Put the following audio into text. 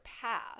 path